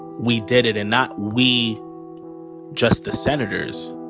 we did it and not we just the senators,